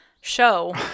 show